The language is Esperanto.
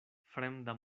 fremda